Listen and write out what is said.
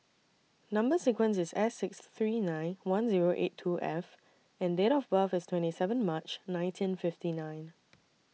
Number sequence IS S six three nine one Zero eight two F and Date of birth IS twenty seven March nineteen fifty nine